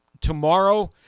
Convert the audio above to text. tomorrow